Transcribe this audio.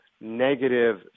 negative